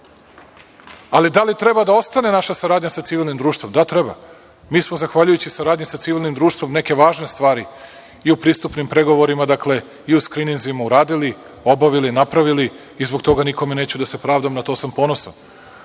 Srbija. Da li treba da ostane naša saradnja sa civilnim društvom? Da, treba. Mi smo zahvaljujući saradnji sa civilnim društvom, neke važne stvari i u pristupnim pregovorima i u skrininzima uradili, obavili, napravili i zbog toga nikome neću da se pravdam, na to sam ponosan